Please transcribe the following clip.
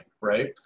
right